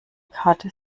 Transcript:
karte